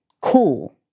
cool